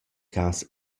cas